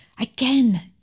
again